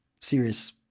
serious